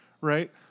right